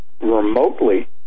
remotely